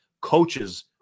coaches